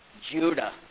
Judah